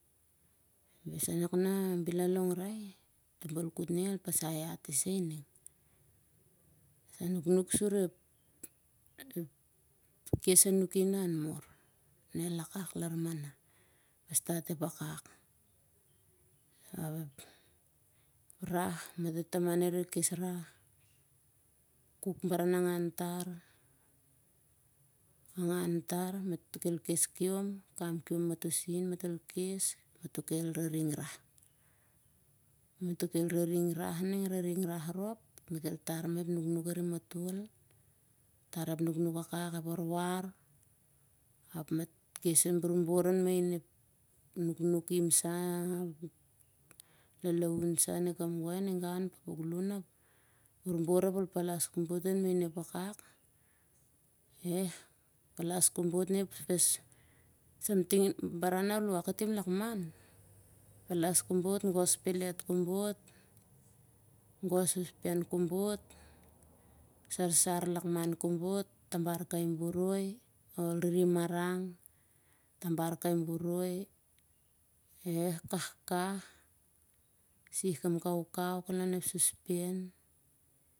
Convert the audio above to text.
Larsanak nah bel a longrai, toh balkut ning al pasai hat isa ining. a nuknuk sur ep kes anuki na han mur nel akak lar mana. ep rah matoh taman re kes rah kuk. baranangan tar. angan tar matol kel kes kiom matol kel araring rah. araring rah rop del kel tar mah ep nuknuk arim matol borbor an main ep nuknuk akak ap ep lalaun sah ane kamgoi aninga an palpuklun. borbor ap ol palas kobot main ep wakak. palas kobot gos pellet kobot, gos sospen kobot, sarsar lakman kobot. tabar kai boroi ol riri maring, tabar kai boroi, apeh kahkah, sih ep kaukau kan lon ep sospen.